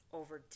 over